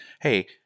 hey